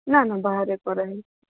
ନା ନା ବାହାରେ କରାହୋଇଛି